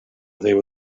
déu